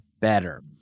better